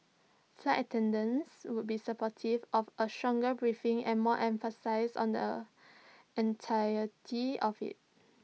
flight attendants would be supportive of A stronger briefing and more emphasis on the entirety of IT